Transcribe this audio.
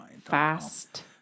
fast